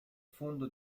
fondo